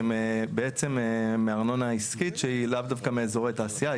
הן בעצם מארנונה עסקית שהיא לאו דווקא מאזורי תעשייה,